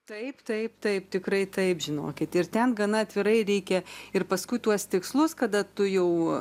taip taip taip tikrai taip žinokit ir ten gana atvirai reikia ir paskui tuos tikslus kada tu jau